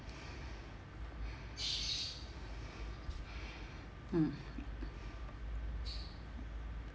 mm